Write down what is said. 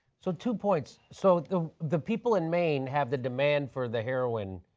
so two points. so the the people in maine have the demand for the heroin,